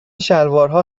شلوارها